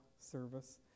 service